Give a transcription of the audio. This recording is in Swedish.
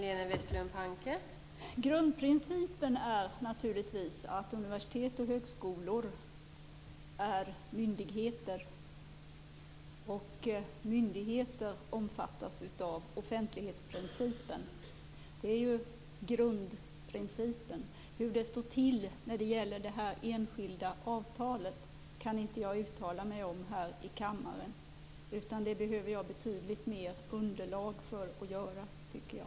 Fru talman! Grundprincipen är naturligtvis att universitet och högskolor är myndigheter, och myndigheter omfattas av offentlighetsprincipen. Det är grundprincipen. Hur det står till när det gäller det här enskilda avtalet kan inte jag uttala mig om här i kammaren. Det behöver jag betydligt mer underlag för att göra, tycker jag.